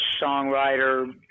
songwriter